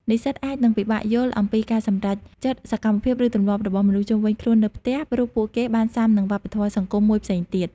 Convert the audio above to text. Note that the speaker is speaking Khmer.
និស្សិតអាចនឹងពិបាកយល់ អំពីការសម្រេចចិត្ត សកម្មភាព ឬទម្លាប់របស់មនុស្សជុំវិញខ្លួននៅផ្ទះ ព្រោះពួកគេបានស៊ាំនឹងវប្បធម៌សង្គមមួយផ្សេងទៀត។